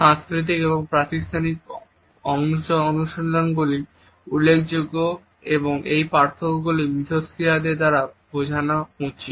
সাংস্কৃতিক এবং প্রাতিষ্ঠানিক অনুশীলনগুলি উল্লেখযোগ্য এবং এই পার্থক্যগুলি ইন্টারেকশনকারীদের দ্বারা বোঝা উচিত